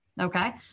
Okay